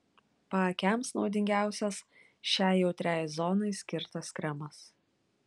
paakiams naudingiausias šiai jautriai zonai skirtas kremas